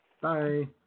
Bye